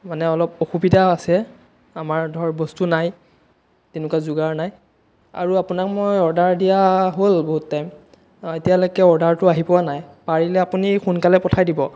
মানে অলপ অসুবিধা আছে আমাৰ ধৰ বস্তু নাই তেনেকুৱা যোগাৰ নাই আৰু আপোনাক মই অৰ্ডাৰ দিয়া হ'ল বহুত টাইম এতিয়ালৈকে অৰ্ডাৰটো আহি পোৱা নাই পাৰিলে আপুনি সোনকালে পঠাই দিব